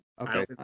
okay